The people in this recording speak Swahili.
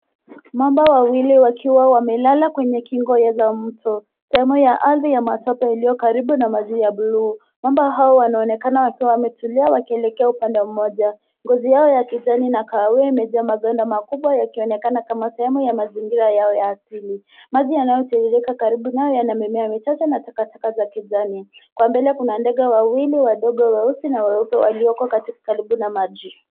Mamba wawili wakiwa wamelala kwenye kingo za mto. Sehemu ya ardhi ya matope iliyo karibu na maji ya bluu. Mamba hao wanaonekana wakiwa wametulia wakielekea upande mmoja. Ngozi yao ya kijani na kahawia imejaa maganda makubwa yakionekana kama sehemu ya mazingira yao ya asili. Maji yanayotiririka karibu nao yana mimea michache na takataka za kijani. Kwa mbele kuna ndege wawili wadogo weusi na weupe walioko karibu na maji.